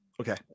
Okay